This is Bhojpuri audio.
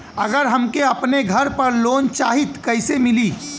अगर हमके अपने घर पर लोंन चाहीत कईसे मिली?